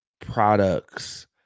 products